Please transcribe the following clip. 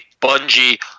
Bungie